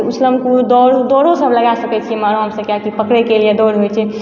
उछलन कूद दौड़ दौड़ो सभ लगै सकै छी एहिमे आरामसँ किएकि पकड़ैके लिए दौड़ होइ छै